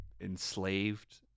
enslaved